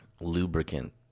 Lubricant